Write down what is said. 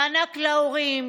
מענק להורים,